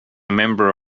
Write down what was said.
member